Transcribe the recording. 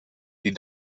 die